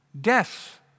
Death